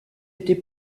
été